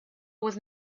was